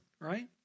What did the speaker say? right